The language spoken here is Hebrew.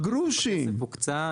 הכסף הוקצה,